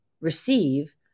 receive